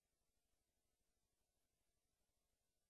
אז אני חוזר ואומר: בתקציב הבא אנחנו לא נעלה מסים,